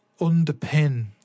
underpin